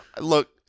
Look